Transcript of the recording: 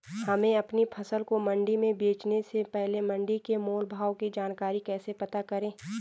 हमें अपनी फसल को मंडी में बेचने से पहले मंडी के मोल भाव की जानकारी कैसे पता करें?